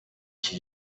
iki